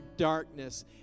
Darkness